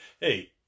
Hey